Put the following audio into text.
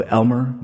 Elmer